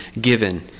given